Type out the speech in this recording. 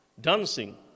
dancing